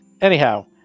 Anyhow